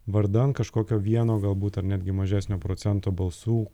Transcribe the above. vardan kažkokio vieno galbūt ar netgi mažesnio procento balsų